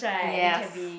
yes